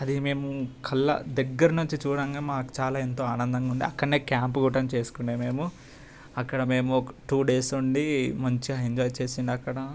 అది మేము కళ్ళ దగ్గర నుంచి చూడంగా మాకు చాలా ఎంతో ఆనందంగా ఉంది అక్కడనే క్యాంపు కూడంగా చేసుకునే మేము అక్కడ మేము టూ డేస్ ఉండి మంచిగా ఎంజాయ్ చేసిండే అక్కడ